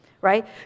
right